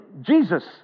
Jesus